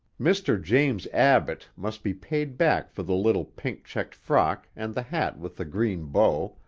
mr. james abbott must be paid back for the little pink-checked frock and the hat with the green bow,